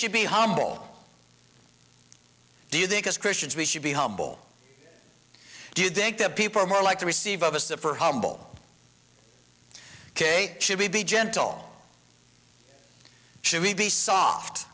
should be humble do you think as christians we should be humble do you think that people are more like to receive of us that for humble k should we be gentle should we be soft